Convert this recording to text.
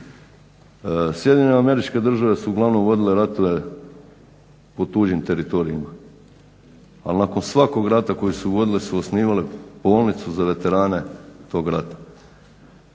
Sjedinjene Američke Države su uglavnom dobile ratove po tuđim teritorijima, al nakon svakog rata koji su vodile su osnivale bolnicu za veterane tog rata.